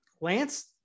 Lance